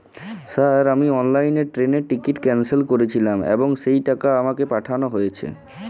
Sir আমি অনলাইনে ট্রেনের টিকিট ক্যানসেল করেছিলাম এবং সেই টাকা আমাকে পাঠানো হয়েছে?